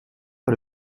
par